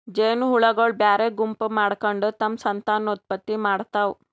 ಜೇನಹುಳಗೊಳ್ ಬ್ಯಾರೆ ಗುಂಪ್ ಮಾಡ್ಕೊಂಡ್ ತಮ್ಮ್ ಸಂತಾನೋತ್ಪತ್ತಿ ಮಾಡ್ತಾವ್